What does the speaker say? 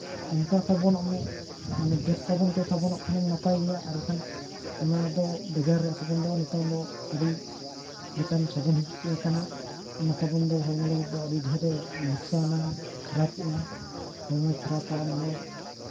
ᱚᱱᱠᱟ ᱥᱟᱵᱚᱱᱚᱜ ᱢᱮ ᱢᱟᱱᱮ ᱵᱮᱥ ᱥᱟᱵᱚᱱ ᱛᱮᱢ ᱥᱟᱵᱚᱱᱚᱜ ᱠᱷᱟᱱᱮᱢ ᱱᱟᱯᱟᱭ ᱜᱮᱭᱟ ᱟᱨ ᱵᱟᱠᱷᱟᱱ ᱚᱱᱟ ᱫᱚ ᱵᱟᱡᱟᱨ ᱨᱮᱭᱟᱜ ᱥᱟᱵᱚᱱ ᱫᱚ ᱱᱤᱛᱳᱝ ᱫᱚ ᱟᱹᱰᱤ ᱞᱮᱠᱟᱱ ᱥᱟᱵᱚᱱ ᱦᱮᱡᱽ ᱟᱠᱟᱱᱟ ᱚᱱᱟ ᱥᱟᱵᱚᱱ ᱫᱚ ᱦᱚᱲᱢᱚ ᱞᱟᱹᱜᱤᱫ ᱫᱚ ᱟᱹᱰᱤ ᱰᱷᱮᱨᱮ ᱞᱳᱠᱥᱟᱱᱟ ᱠᱷᱟᱨᱟᱯᱚᱜᱼᱟ ᱦᱚᱲᱢᱚᱭ ᱠᱷᱟᱨᱟᱯᱟ ᱢᱟᱱᱮ